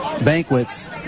Banquets